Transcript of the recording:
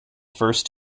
first